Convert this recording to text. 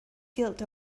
guilt